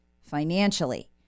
financially